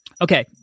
Okay